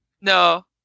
No